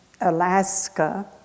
Alaska